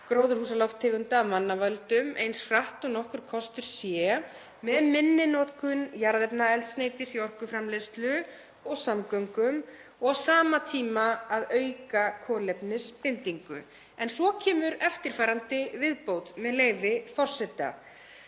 gróðurhúsalofttegunda af mannavöldum eins hratt og nokkur kostur er með minni notkun jarðefnaeldsneytis í orkuframleiðslu og samgöngum og á sama tíma að auka kolefnisbindingu. En svo kemur eftirfarandi viðbót, með leyfi forseta: